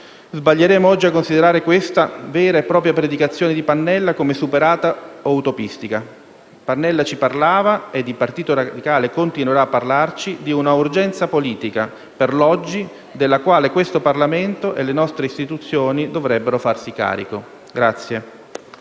sbaglieremmo oggi a considerare questa vera e propria predicazione di Pannella come superata o utopistica. Pannella ci parlava - e il Partito Radicale continuerà a parlarci - di un'urgenza politica per l'oggi, della quale questo Parlamento e le nostre istituzioni dovrebbero farsi carico.